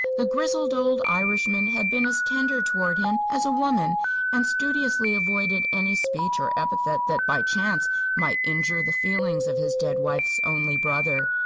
the grizzled old irishman had been as tender toward him as a woman and studiously avoided any speech or epithet that by chance might injure the feelings of his dead wife's only brother.